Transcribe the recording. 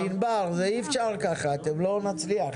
אם יש לנו בעיה לעניין הסוכר,